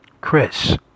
Chris